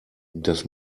das